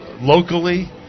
locally